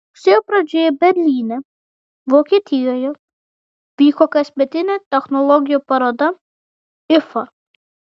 rugsėjo pradžioje berlyne vokietijoje vyko kasmetė technologijų paroda ifa